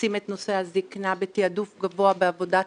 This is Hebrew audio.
לשים את נושא הזקנה בתעדוף גבוה בעבודת